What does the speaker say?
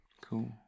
Cool